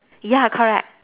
ya correct